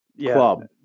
club